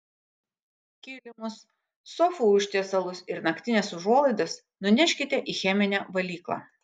kilimus sofų užtiesalus ir naktines užuolaidas nuneškite į cheminę valyklą